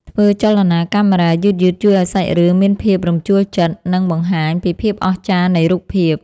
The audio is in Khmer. ធ្វើចលនាកាមេរ៉ាយឺតៗជួយឱ្យសាច់រឿងមានភាពរំជួលចិត្ត និង បង្ហាញពីភាពអស្ចារ្យនៃរូបភាព។